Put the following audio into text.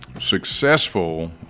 successful